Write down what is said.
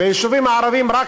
ביישובים הערביים,